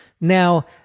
Now